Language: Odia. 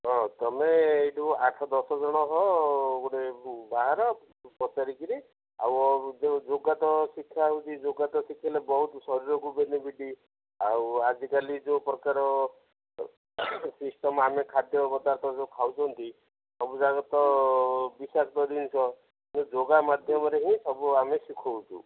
ହଁ ତୁମେ ଏଇଠୁ ଆଠ ଦଶଜଣ ହଁ ଗୋଟେ ଗାଁର ପଚାରିକିରି ଆଉ ଯେଉଁ ଯୋଗ ତ ଶିକ୍ଷା ହେଉଛି ଯୋଗ ତ ଶିଖେଇଲେ ବହୁତ ଶରୀରକୁ ବେନିଫିଟ୍ ଆଉ ଆଜିକାଲି ଯେଉଁପ୍ରକାର ସିଷ୍ଟମ୍ ଆମେ ଖାଦ୍ୟ ପଦାର୍ଥ ଯେଉଁ ଖାଉଛନ୍ତି ସବୁଯାକ ତ ବିଷାକ୍ତ ଜିନିଷ ଯୋଗ ମାଧ୍ୟମରେ ହିଁ ସବୁ ଆମେ ଶିଖାଉଛୁ